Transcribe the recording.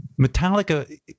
Metallica